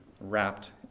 wrapped